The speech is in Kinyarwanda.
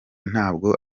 ntabwo